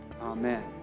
Amen